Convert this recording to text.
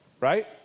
right